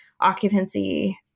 occupancy